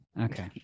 Okay